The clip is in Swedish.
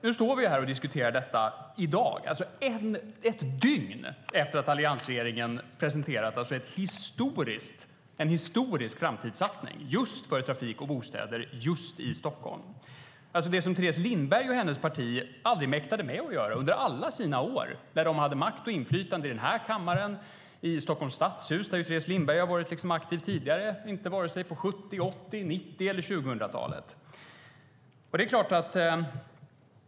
Nu står vi ju här och diskuterar detta i dag, alltså ett dygn efter att alliansregeringen presenterat en historisk framtidssatsning just för trafik och bostäder just i Stockholm. Det var det som Teres Lindberg och hennes parti aldrig mäktade med att göra under alla sina år när de hade makt och inflytande i denna kammare och i Stockholms stadshus, där Teres Lindberg var aktiv tidigare, inte under vare sig 1970-, 1980-, 1990 eller 2000-talet.